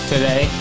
today